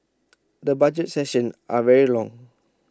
the budget sessions are very long